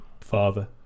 father